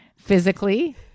physically